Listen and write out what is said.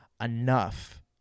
enough